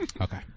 Okay